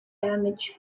damage